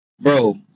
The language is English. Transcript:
bro